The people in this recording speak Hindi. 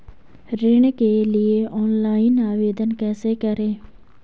ऋण के लिए ऑनलाइन आवेदन कैसे करें?